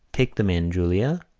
take them in, julia,